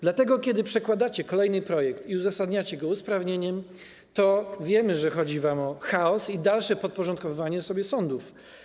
Dlatego kiedy przedkładacie kolejny projekt i uzasadniacie go usprawnieniem, to wiemy, że chodzi wam o chaos i dalsze podporządkowywanie sobie sądów.